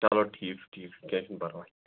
چلو ٹھیٖک چھُ ٹھیٖک چھُ کیٚنٛہہ چھُنہٕ پرواے